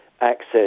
access